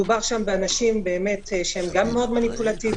מדובר שם באנשים שהם גם מאוד מניפולטיביים,